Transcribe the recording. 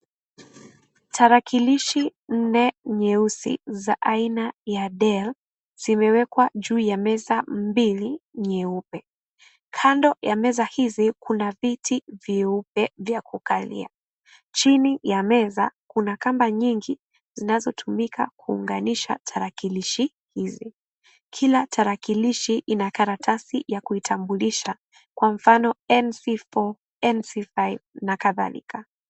Tarakilishi nne nyeusi za aina ya Dell zimewekwa juu ya meza mbili nyeupe. Kando ya meza hizi kuna viti vyeupe vya kukalia. Chini ya meza kuna kamba nyingi zinazotumika kuunganisha tarakilishi hizi. Kila tarakilishi ina karatasi ya kuitambulisha kama vile NC four NC five na kadhalika.